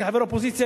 כחבר אופוזיציה,